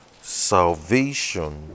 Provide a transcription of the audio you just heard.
Salvation